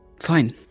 fine